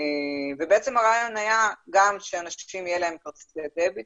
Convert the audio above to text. הרעיון היה שלאנשים יהיה כרטיס דביט